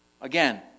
Again